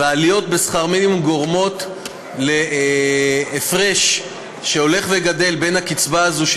והעליות בשכר מינימום גורמות להפרש שהולך וגדל בין הקצבה הזאת,